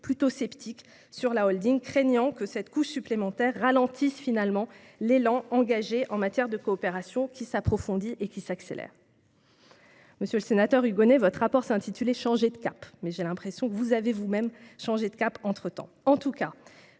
plutôt sceptiques sur la holding, craignant que cette couche supplémentaire ne ralentisse finalement l'élan engagé en matière de coopération, qui s'approfondit et s'accélère. Monsieur le sénateur Hugonet, votre rapport évoquait la nécessité de « changer de cap », mais j'ai l'impression que c'est vous qui avez changé de cap depuis